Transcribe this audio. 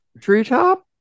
Treetop